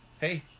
Hey